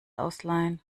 ausleihen